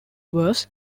was